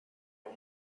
are